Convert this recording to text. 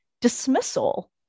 dismissal